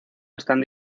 están